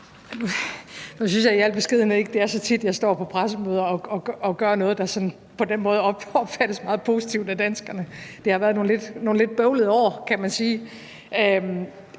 Nu synes jeg i al beskedenhed ikke, det er så tit, jeg står på pressemøder og gør noget, der på den måde opfattes meget positivt af danskerne. Det har været nogle lidt bøvlede år – kan man sige.